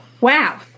Wow